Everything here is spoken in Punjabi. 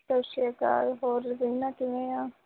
ਸਤਿ ਸ਼੍ਰੀ ਅਕਾਲ ਹੋਰ ਰਵੀਨਾ ਕਿਵੇਂ ਆ